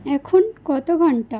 এখন কত ঘন্টা